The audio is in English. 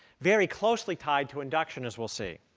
very closely tied to induction, as we'll see.